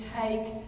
take